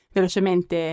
velocemente